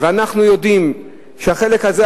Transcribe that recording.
ואנחנו יודעים שהחלק הזה,